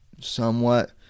somewhat